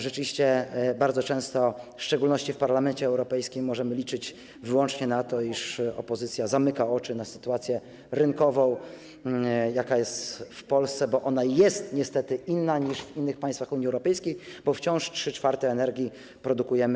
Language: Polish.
Rzeczywiście bardzo często, w szczególności w Parlamencie Europejskim, możemy liczyć wyłącznie na to, iż opozycja zamyka oczy na sytuację rynkową, jaka jest w Polsce, bo ona jest niestety inna niż w innych państwach Unii Europejskiej, bo wciąż 3/4 energii produkujemy